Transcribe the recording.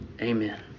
amen